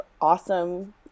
awesome